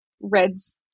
reds